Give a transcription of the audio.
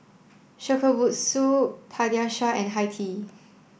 Shokubutsu Pediasure and Hi Tea